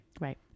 Right